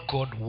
God